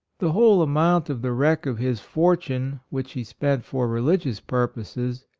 the whole amount of the wreck of his fortune which he spent for religious purposes,